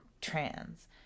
trans